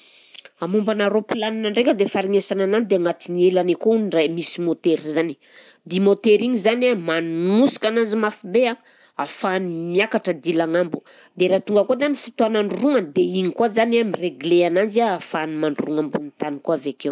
Mombanà raopilanina ndraika dia faharegnesana anany dia agnatin'ny helany akao hono ndray misy môtera zany, dia i môtera igny zany a manosika ananzy mafy be a ahafahany miakatra dila agnambo, dia raha tonga koa zany fotoagna androrognany dia igny koa zany a miregle ananzy a ahafahany mandrorogna ambonin'ny tany koa avy akeo.